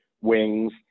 wings